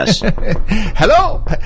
Hello